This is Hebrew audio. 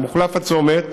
ימוחלף הצומת.